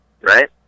right